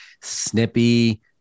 snippy